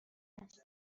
است